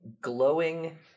glowing